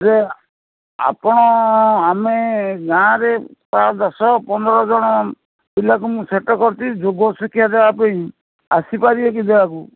ଯେ ଆପଣ ଆମେ ଗାଁରେ ପ୍ରାୟ ଦଶ ପନ୍ଦର ଜଣ ପିଲାକୁ ମୁଁ ସେଟ୍ କରିଥିଲି ଯୋଗ ଶିକ୍ଷା ଦେବା ପାଇଁ ଆସିପାରିବେ କି ଦେବାକୁ